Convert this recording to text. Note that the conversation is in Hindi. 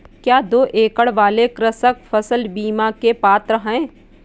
क्या दो एकड़ वाले कृषक फसल बीमा के पात्र हैं?